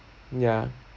ya